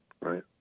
Right